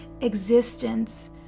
existence